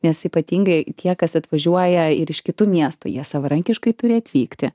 nes ypatingai tie kas atvažiuoja ir iš kitų miestų jie savarankiškai turi atvykti